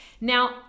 Now